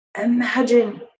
Imagine